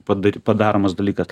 padar padaromas dalykas